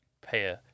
pay